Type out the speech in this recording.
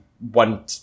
one